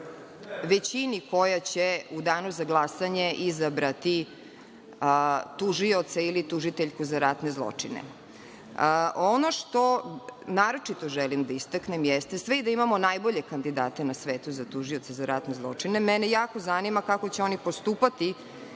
većini koja će u Danu za glasanje izabrati tužioce ili tužiteljku za ratne zločine. Ono što naročito želim da istaknem jeste sledeće. Sve i da imamo najbolje kandidate na svetu za tužioce za ratne zločine, mene jako zanima kako će oni postupati